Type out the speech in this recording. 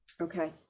okay